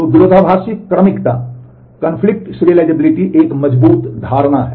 तो विरोधाभासी क्रमिकता एक मजबूत धारणा है